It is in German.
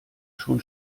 schon